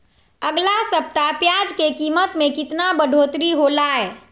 अगला सप्ताह प्याज के कीमत में कितना बढ़ोतरी होलाय?